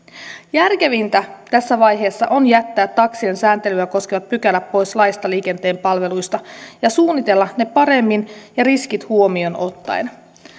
järkevintä tässä vaiheessa on jättää taksien sääntelyä koskevat pykälät pois laista liikenteen palveluista ja suunnitella ne paremmin ja riskit huomioon ottaen